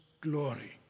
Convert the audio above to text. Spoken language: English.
glory